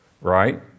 right